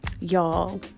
Y'all